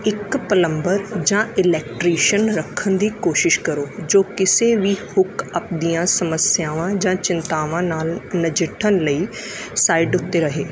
ਇੱਕ ਪਲੰਬਰ ਜਾਂ ਇਲੈਕਟ੍ਰੀਸ਼ੀਅਨ ਰੱਖਣ ਦੀ ਕੋਸ਼ਿਸ਼ ਕਰੋ ਜੋ ਕਿਸੇ ਵੀ ਹੁੱਕਅੱਪ ਦੀਆਂ ਸਮੱਸਿਆਵਾਂ ਜਾਂ ਚਿੰਤਾਵਾਂ ਨਾਲ ਨਜਿੱਠਣ ਲਈ ਸਾਈਟ ਉੱਤੇ ਰਹੇ